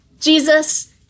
Jesus